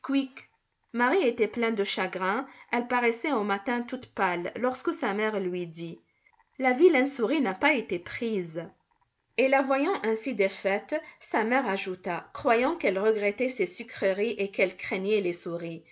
marie était pleine de chagrin elle paraissait au matin toute pâle lorsque sa mère lui dit la vilaine souris n'a pas été prise et la voyant ainsi défaite sa mère ajouta croyant qu'elle regrettait ses sucreries et qu'elle craignait les souris